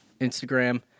Instagram